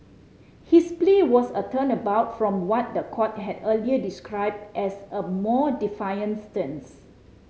his plea was a turnabout from what the court had earlier described as a more defiant stance